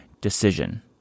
decision